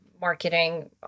marketing